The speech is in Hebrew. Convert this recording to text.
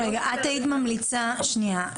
שנייה,